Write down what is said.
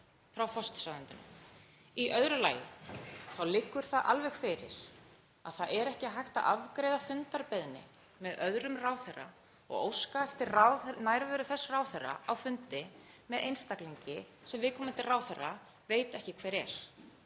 Í öðru lagi liggur það alveg fyrir að það er ekki hægt að afgreiða fundarbeiðni með öðrum ráðherra og óska eftir nærveru þess ráðherra á fundi með einstaklingi sem viðkomandi ráðherra veit ekki hver er.